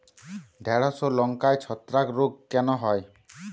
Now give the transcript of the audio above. ঢ্যেড়স ও লঙ্কায় ছত্রাক রোগ কেন হয়?